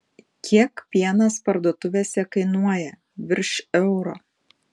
kiek pienas parduotuvėse kainuoja virš euro